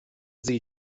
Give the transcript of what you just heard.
sie